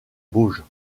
bauges